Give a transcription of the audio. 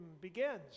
begins